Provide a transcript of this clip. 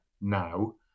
now